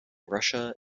russia